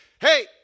hey